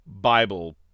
Bible